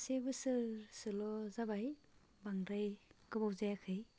से बोसोरसोल' जाबाय बांद्राय गोबाव जायाखै